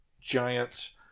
giant